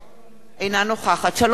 אינה נוכחת שלום שמחון,